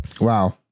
wow